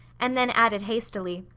and then added hastily,